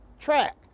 track